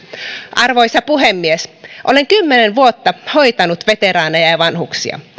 arvoisa puhemies olen kymmenen vuotta hoitanut veteraaneja ja vanhuksia